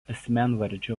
asmenvardžio